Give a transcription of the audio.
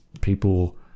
people